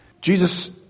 Jesus